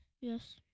Yes